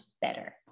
better